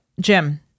Jim